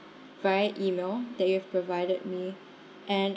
via email that you have provided me and